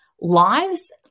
lives